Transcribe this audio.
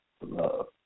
love